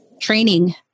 training